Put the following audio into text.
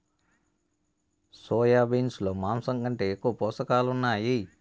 soya beans లో మాంసం కంటే ఎక్కువగా పోషకాలు ఉన్నాయి